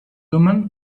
woman